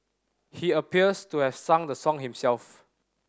he appears to have sung the song himself